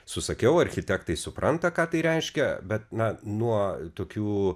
susakiau architektai supranta ką tai reiškia bet na nuo tokių